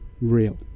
real